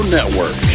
Network